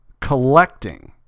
collecting